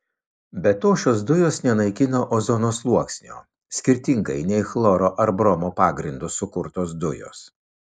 be to šios dujos nenaikina ozono sluoksnio skirtingai nei chloro ar bromo pagrindu sukurtos dujos